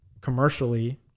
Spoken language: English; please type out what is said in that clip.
commercially